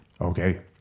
Okay